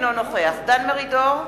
אינו נוכח דן מרידור,